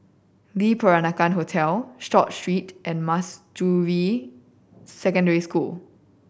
Le Peranakan Hotel Short Street and Manjusri Secondary School